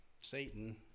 Satan